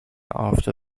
after